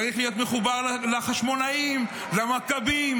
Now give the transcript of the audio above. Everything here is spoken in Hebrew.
צריך להיות מחובר לחשמונאים ולמכבים.